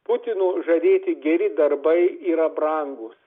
putino žadėti geri darbai yra brangūs